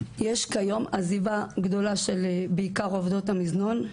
יש כיום עזיבה גדולה של בעיקר עובדות המזנון,